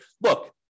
look